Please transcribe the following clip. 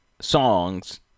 songs